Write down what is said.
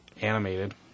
animated